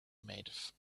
made